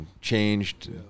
changed